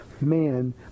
man